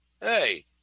hey